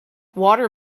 water